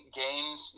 games